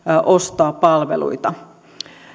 ostaa palveluita